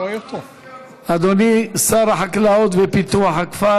אדוני שר החקלאות ופיתוח הכפר,